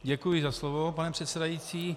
Děkuji za slovo, pane předsedající.